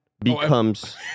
becomes